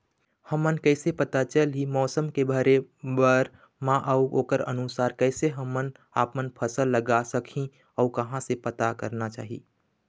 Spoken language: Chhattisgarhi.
हमन कैसे पता चलही मौसम के भरे बर मा अउ ओकर अनुसार कैसे हम आपमन फसल लगा सकही अउ कहां से पता करना चाही?